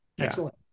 Excellent